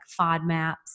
FODMAPs